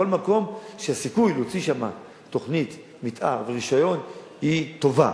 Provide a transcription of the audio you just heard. בכל מקום שהסיכוי להוציא שם תוכנית מיתאר ורשיון הוא טוב,